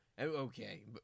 Okay